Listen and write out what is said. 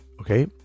okay